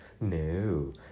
No